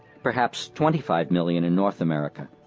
perhaps twenty five million in north america.